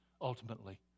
ultimately